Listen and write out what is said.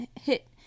hit